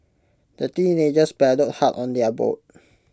the teenagers paddled hard on their boat